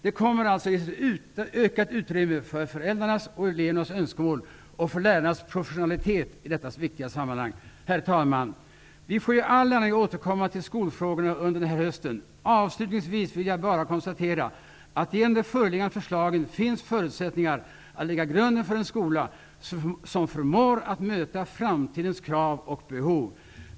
Det kommer alltså att ges ett ökat utrymme för föräldrarnas och elevernas önskemål och för lärarnas professionalitet i detta viktiga sammanhang. Herr talman! Vi får ju all anledning att återkomma till skolfrågorna under den här hösten. Avslutningsvis vill jag bara konstatera, att genom de föreliggande förslagen finns förutsättningar att lägga grunden för en skola som förmår att möta framtidens krav och behov.